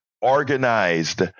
organized